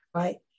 right